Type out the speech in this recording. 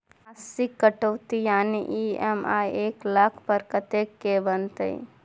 मासिक कटौती यानी ई.एम.आई एक लाख पर कत्ते के बनते?